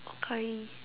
okay